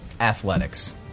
athletics